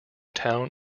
town